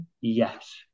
Yes